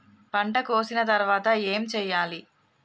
పంట కోసిన తర్వాత ఏం చెయ్యాలి?